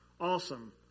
Awesome